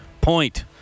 point